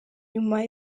nyuma